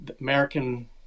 American